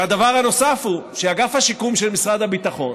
והדבר הנוסף הוא שאגף השיקום של משרד הביטחון,